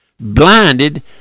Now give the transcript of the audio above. blinded